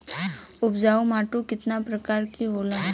उपजाऊ माटी केतना प्रकार के होला?